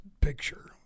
picture